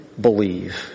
believe